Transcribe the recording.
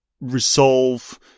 resolve